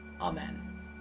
Amen